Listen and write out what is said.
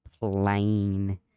plain